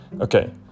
Okay